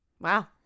Wow